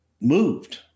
moved